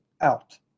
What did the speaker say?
out